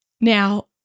Now